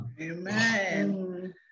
amen